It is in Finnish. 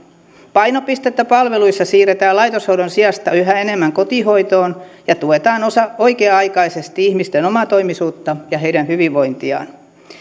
painopistettä palveluissa siirretään laitoshoidon sijasta yhä enemmän kotihoitoon ja tuetaan oikea aikaisesti ihmisten omatoimisuutta ja heidän hyvinvointiaan